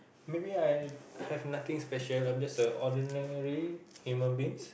maybe I have nothing special I'm just a ordinary human beings